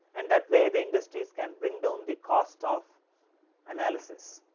and that way the industries can bring down the cost of analysis.